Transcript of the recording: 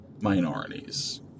minorities